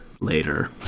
later